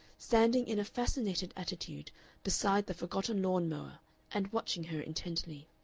standing in a fascinated attitude beside the forgotten lawn-mower and watching her intently.